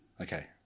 Okay